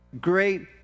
great